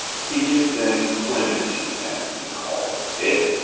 he gives them clemency, as he calls it